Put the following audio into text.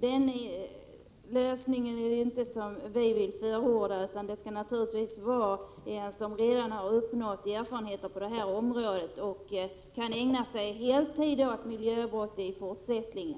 Det är inte den lösningen som vi vill förorda, utan det skall naturligtvis vara en person som redan har erfarenheter på detta område och i fortsättningen kan ägna sig åt behandlingen av miljöbrott på heltid.